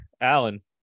Alan